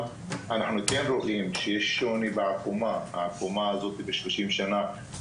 אנחנו ביקשנו לבחון מה הוא שיעורם של אלה שנבדקו